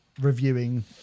reviewing